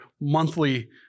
monthly